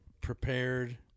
prepared